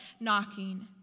knocking